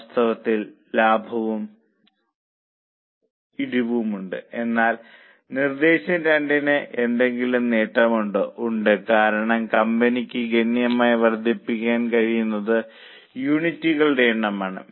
വാസ്തവത്തിൽ ലാഭവും ഇടിവുമുണ്ട് എന്നാൽ നിർദ്ദേശം 2 ന് എന്തെങ്കിലും നേട്ടമുണ്ടോ ഉണ്ട് കാരണം കമ്പനിക്ക് ഗണ്യമായി വർദ്ധിപ്പിക്കാൻ കഴിയുന്നത് യൂണിറ്റുകളുടെ എണ്ണമാണ്